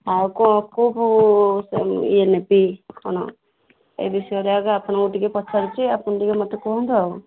ଆଉ କେଉଁ କେଉଁ ଇଏ ନେବି କ'ଣ ଏ ବିଷୟରେ ଏକା ଆପଣଙ୍କୁ ଟିକେ ପଚାରୁଛି ଆପଣ ମୋତେ ଟିକେ କୁହନ୍ତୁ ଆଉ